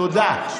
תודה.